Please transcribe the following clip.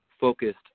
focused